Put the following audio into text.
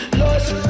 lost